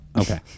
okay